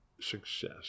success